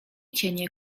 cienie